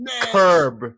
Curb